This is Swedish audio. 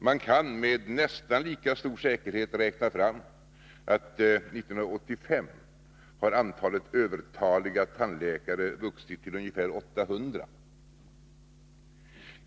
Man kan med nästan lika stor säkerhet räkna fram att år 1985 har antalet övertaliga tandläkare vuxit till ungefär 800.